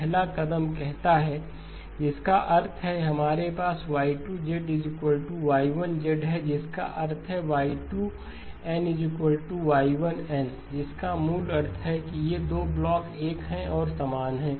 पहला कदम कहता है X2H X Y2 XD1M k0M 1 X H X जिसका अर्थ है कि हमारे पास Y2 Y1 है जिसका अर्थ है Y2 n Y1 n जिसका मूल अर्थ है कि ये 2 ब्लॉक एक हैं और समान हैं